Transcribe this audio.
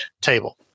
table